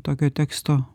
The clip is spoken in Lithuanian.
tokio teksto